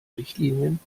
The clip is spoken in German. richtlinien